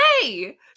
hey